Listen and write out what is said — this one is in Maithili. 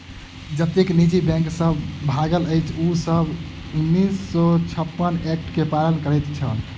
जतेक निजी बैंक सब भागल अछि, ओ सब उन्नैस सौ छप्पन एक्ट के पालन करैत छल